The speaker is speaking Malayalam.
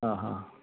ആ ആ